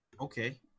Okay